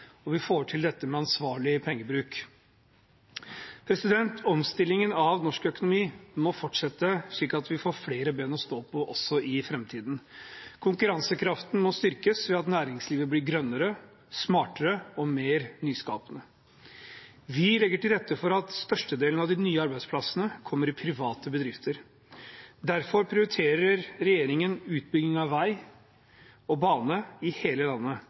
og vi får til ansvarlig pengebruk. Omstillingen av norsk økonomi må fortsette, slik at vi får flere ben å stå på også i framtiden. Konkurransekraften må styrkes ved at næringslivet blir grønnere, smartere og mer nyskapende. Vi legger til rette for at størstedelen av de nye arbeidsplassene kommer i private bedrifter. Derfor prioriterer regjeringen utbygging av vei og bane i hele landet.